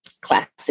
classic